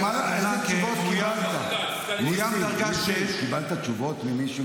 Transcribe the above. הוא מאוים דרגה 6. קיבלת תשובות ממישהו,